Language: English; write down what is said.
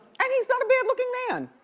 and he's not a bad looking man.